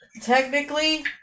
Technically